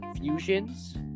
fusions